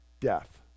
death